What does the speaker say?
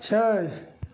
छै